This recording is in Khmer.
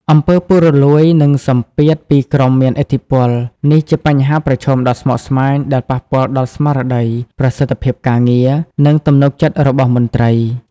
អំពើពុករលួយ និងសម្ពាធពីក្រុមមានឥទ្ធិពលនេះជាបញ្ហាប្រឈមដ៏ស្មុគស្មាញដែលប៉ះពាល់ដល់ស្មារតី ប្រសិទ្ធភាពការងារ និងទំនុកចិត្តរបស់មន្ត្រី។